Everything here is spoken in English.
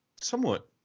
somewhat